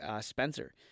Spencer